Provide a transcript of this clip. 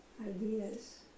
ideas